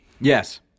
Yes